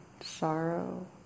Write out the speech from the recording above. sorrow